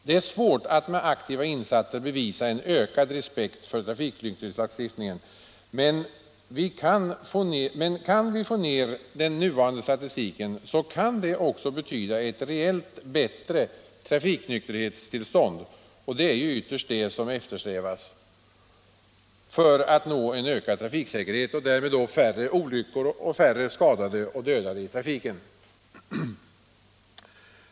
Det är svårt att med aktiva insatser åstadkomma en ökad respekt för trafiknykterhetslagstiftningen, men kan vi få ned den nuvarande statistiken kan det också betyda ett reellt bättre trafiknykterhetstillstånd. Och det är ju ytterst det som eftersträvas för att nå en ökad trafiksäkerhet och därmed färre olyckor och färre skadade och dödade i trafiken.